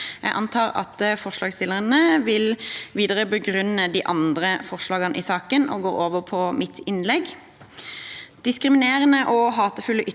Jeg antar at forslagsstillerne vil videre begrunne de andre forslagene i saken og går over på mitt innlegg. Diskriminerende og hatefulle ytringer